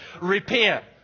Repent